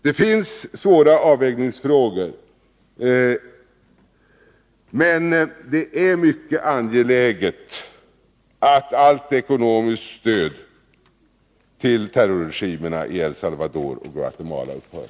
Det finns här svåra avvägningsfrågor, men det är mycket angeläget att allt ekonomiskt stöd till terrorregimerna i El Salvador och Guatemala upphör.